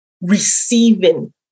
receiving